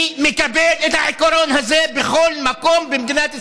אני מקבל את העיקרון הזה בכל מקום במדינת ישראל.